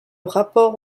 rapport